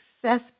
success